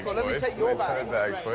but let me take your bags,